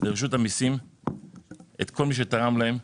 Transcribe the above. לרשות המיסים את כל מי שתרם להם,